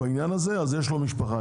יש לו משפחה.